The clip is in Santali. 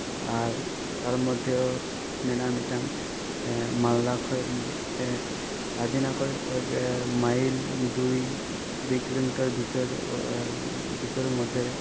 ᱟᱨ ᱛᱟᱨ ᱢᱚᱫᱽᱫᱷᱮ ᱢᱮᱱᱟᱜᱼᱟ ᱢᱤᱫᱴᱟᱝ ᱢᱟᱞᱫᱟ ᱠᱷᱚᱡ ᱛᱮ ᱟᱹᱫᱤᱱᱟ ᱠᱷᱚᱡ ᱠᱚᱭᱮᱠ ᱢᱟᱭᱤᱞ ᱫᱩᱭ ᱫᱩᱭ ᱠᱤᱞᱳᱢᱤᱴᱟᱨ ᱵᱷᱤᱛᱟᱹ ᱵᱷᱤᱛᱟᱹᱨ ᱢᱚᱫᱽᱫᱷᱮ ᱨᱮ